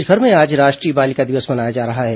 देश भर में आज राष्ट्रीय बालिका दिवस मनाया जा रहा है